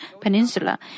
peninsula